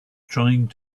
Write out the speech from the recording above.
trying